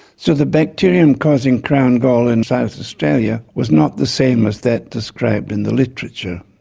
so the bacterium causing crown gall in south australia was not the same as that described in the literature.